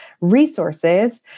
resources